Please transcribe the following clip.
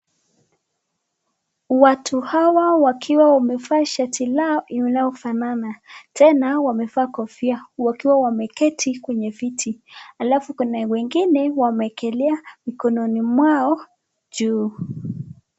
Watu hawa wakiwa wamevaa shati lao linafanana, tena wamevaa kofia wakiwa wameketi kwenye viti. Alafu kuna wengine ambao wameeka mikononi mwao juu.